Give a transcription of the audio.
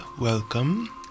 welcome